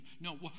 No